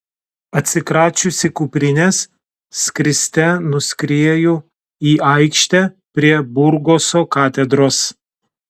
atsikračiusi kuprinės skriste nuskrieju į aikštę prie burgoso katedros